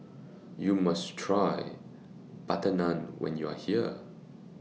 YOU must Try Butter Naan when YOU Are here